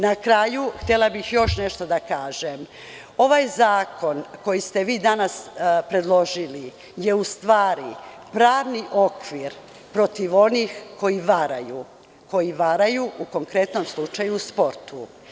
Na kraju, htela bih još nešto da kažem, ovaj zakon koji ste vi danaspredložili, je u stvari pravni okvir protiv onih koji varaju, koji varaju u konkretnom slučaju u sportu.